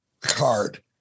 card